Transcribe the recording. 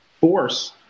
force